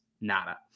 nada